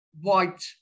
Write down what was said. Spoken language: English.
white